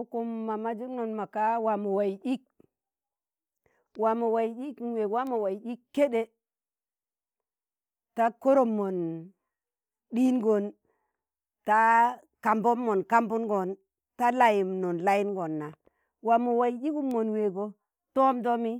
ụkụm ma majuṇgọn ma ka waa mo waiz ik, waa mọ waiz ik niweeg waa mọ waiz ik keɗe, ta korom mọn ɗingon, ta kambom mọn kambuṇgon, ta layim nun layiṇgon na, waa mọ waiz igum mon weego tọọm dọọmi